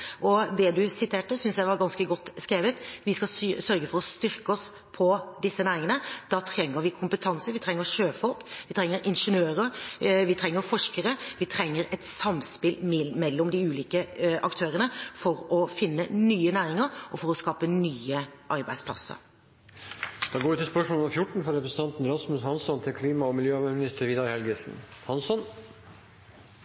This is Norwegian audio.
og det representanten siterte, synes jeg var ganske godt skrevet. Vi skal sørge for å styrke oss med tanke på disse næringene. Da trenger vi kompetanse, vi trenger sjøfolk, vi trenger ingeniører, vi trenger forskere, og vi trenger et samspill mellom de ulike aktørene for å finne nye næringer og for å skape nye arbeidsplasser.